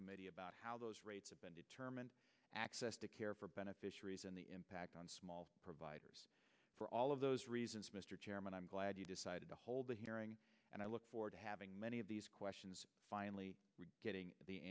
committee about how those rates have been determined access to care for beneficiaries and the impact on small providers for all of those reasons mr chairman i'm glad you decided to hold a hearing and i look forward to having many of these questions finally getting the